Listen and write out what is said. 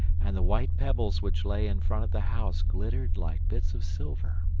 and the white pebbles which lay in front of the house glittered like bits of silver.